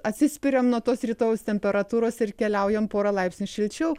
atsispiriam nuo tos rytojaus temperatūros ir keliaujam porą laipsnių šilčiau